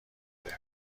بود